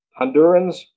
Hondurans